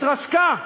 התרסקה,